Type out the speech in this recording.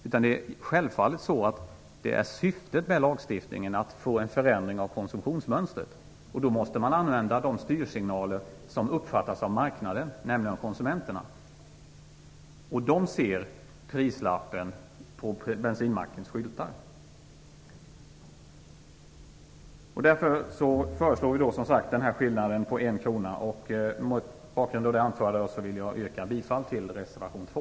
Syftet med lagstiftningen är självfallet att få till stånd en förändring av konsumtionsmönstret. Då måste man använda sådana styrsignaler som uppfattas av marknaden - av konsumenterna. De ser prislappen på bensinmackens skyltar. Därför föreslår vi, som sagt, denna skillnad på 1 krona. Mot bakgrund av det anförda vill jag yrka bifall till reservation 2.